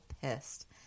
pissed